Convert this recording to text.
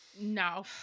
no